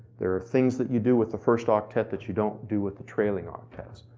there are things that you do with the first octet that you don't do with the trailing octets.